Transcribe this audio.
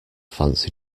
fancy